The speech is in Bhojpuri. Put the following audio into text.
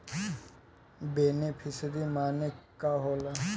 बेनिफिसरी मने का होला?